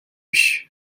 биш